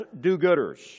do-gooders